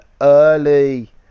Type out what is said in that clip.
early